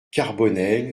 carbonel